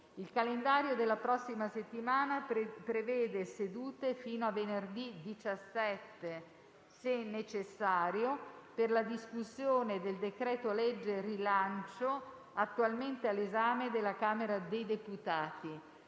Il calendario della prossima settimana prevede sedute fino a venerdì 17, se necessario, per la discussione del decreto-legge rilancio, attualmente all'esame della Camera dei deputati.